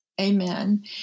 Amen